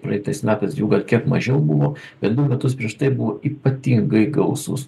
praeitais metais jų gal kiek mažiau buvo ir du metus prieš tai buvo ypatingai gausūs